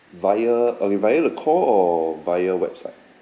via okay via the call or via website